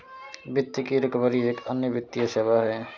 वित्त की रिकवरी एक अन्य वित्तीय सेवा है